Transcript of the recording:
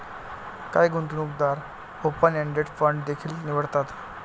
काही गुंतवणूकदार open ended fund देखील निवडतात